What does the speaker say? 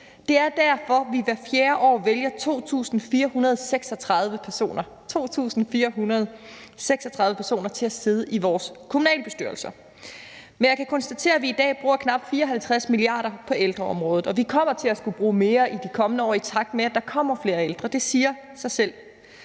Det er derfor, vi hvert fjerde år vælger 2.436 personer til at sidde i vores kommunalbestyrelser. Men jeg kan konstatere, at vi i dag bruger knap 54 mia. kr. på ældreområdet, og vi kommer til at skulle bruge mere i de kommende år, i takt med at der kommer flere ældre. Det siger sig selv.